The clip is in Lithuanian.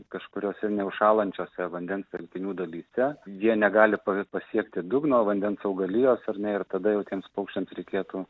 kažkuriose neužšąlančiose vandens telkinių dalyse jie negali pa pasiekti dugno vandens augalijos ar ne ir tada jau tiems paukščiams reikėtų